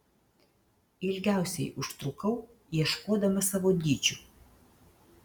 ilgiausiai užtrukau ieškodama savo dydžių